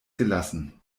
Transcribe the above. gelassen